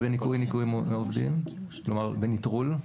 ובניכויים לעובדים, כלומר בנטרול?